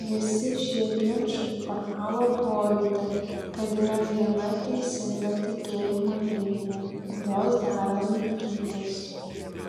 visi šie ginčai formavo pojūtį kad yra viena teisinga tikėjimo linija kurios dera laikytis